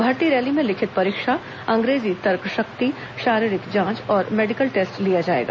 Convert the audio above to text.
भर्ती रैली में लिखित परीक्षा अंग्रेजी तर्क शक्ति शारीरिक जांच और मेडिकल टेस्ट लिया जाएगा